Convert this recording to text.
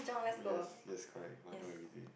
oh yes yes correct mahjong everyday